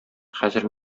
хәзер